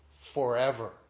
forever